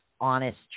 honest